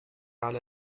على